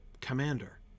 commander